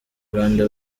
grande